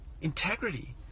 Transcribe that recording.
integrity